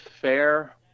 fair